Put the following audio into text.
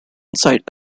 site